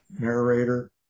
narrator